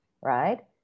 Right